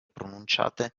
pronunciate